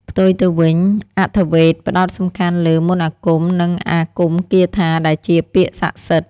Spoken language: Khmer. ផ្ទុយទៅវិញ អថវ៌េទ ផ្ដោតសំខាន់លើ មន្តអាគម និង អាគមគាថា ដែលជាពាក្យស័ក្តិសិទ្ធិ។